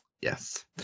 Yes